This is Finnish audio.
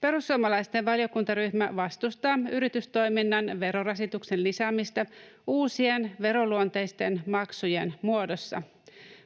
Perussuomalaisten valiokuntaryhmä vastustaa yritystoiminnan verorasituksen lisäämistä uusien veroluonteisten maksujen muodossa.